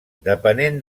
depenent